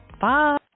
Bye